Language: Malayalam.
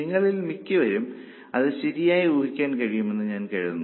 നിങ്ങളിൽ മിക്കവർക്കും അത് ശരിയായി ഊഹിക്കാൻ കഴിയുമെന്ന് ഞാൻ കരുതുന്നു